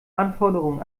anforderungen